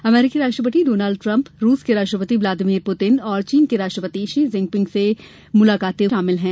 अमरीकी राष्ट्रपति Donald Trump रूस के राष्ट्रापति व्लादिमीर पुतिन और चीन के राष्ट्रपति शी चिनफिंग से हुई मुलाकातें शामिल हैं